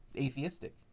atheistic